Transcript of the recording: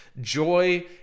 joy